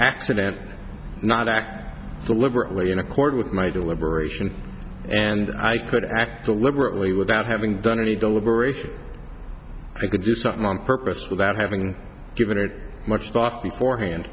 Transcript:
accident not act deliberately in accord with my deliberation and i could act deliberately without having done any deliberation i could do something on purpose without having given it much thought before hand